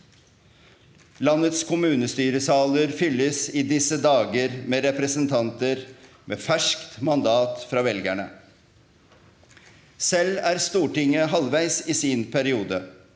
Landets kommunestyresaler fylles i disse dager med representanter med ferskt mandat fra velgerne. Selv er Stortinget halvveis i sin periode.